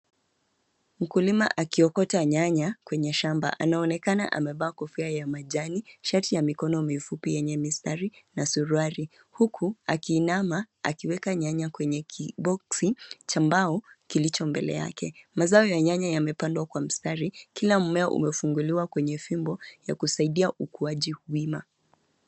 Mkulima akiokota nyanya kwenye shamba anaonekana amevaa kofia ya majani shati ya mikono mifupi yenye ni sari na suruali. Huku akiinama akiweka nyanya kwenye kiboxi cha mbao kilicho mbele yake. Mazao ya nyanya yamepandwa kwa mstari kila mmea umefungiliwa kwenye fimbo ya kusaidia ukuaji wima.